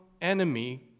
enemy